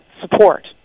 support